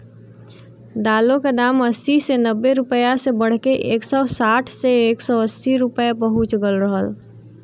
दालों क दाम अस्सी से नब्बे रुपया से बढ़के एक सौ साठ से एक सौ अस्सी पहुंच गयल रहल